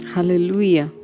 Hallelujah